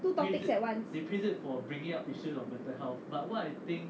two topics at once